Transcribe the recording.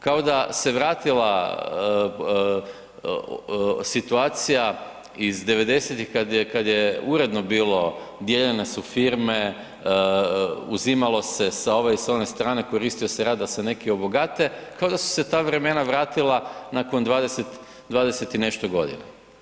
Kao da se vratila situacija iz 90-ih kada je uredno bilo, dijeljene su firme, uzimalo se sa ove i one strane, koristio se rat da se neki obogate, kao da su se ta vremena vratila nakon 20 i nešto godina.